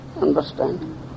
Understand